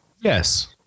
Yes